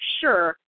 sure